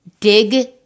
Dig